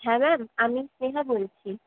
হ্যাঁ ম্যাম আমি স্নেহা বলছি